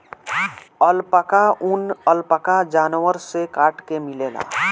alpaca ऊन, alpaca जानवर से काट के मिलेला